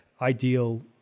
ideal